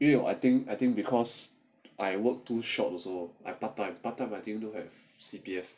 you know I think I think because I work too short also I part time part time I think don't have C_P_F